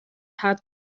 hart